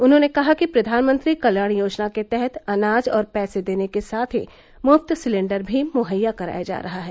उन्होंने कहा कि प्रधानमंत्री कल्याण योजना के तहत अनाज और पैसे देने के साथ ही मुफ्त सिलिंडर भी मुहैया कराया जा रहा है